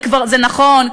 זה נכון,